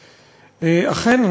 אכן,